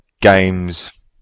games